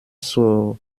zur